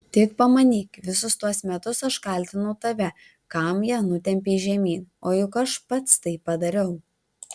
tik pamanyk visus tuos metus aš kaltinau tave kam ją nutempei žemyn o juk aš pats tai padariau